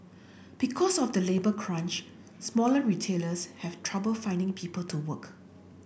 because of the labour crunch smaller retailers have trouble finding people to work